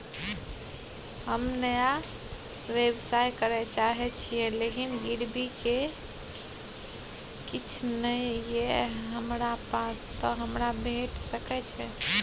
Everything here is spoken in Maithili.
हम नया व्यवसाय करै चाहे छिये लेकिन गिरवी ले किछ नय ये हमरा पास त हमरा भेट सकै छै?